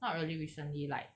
not really recently like